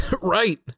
right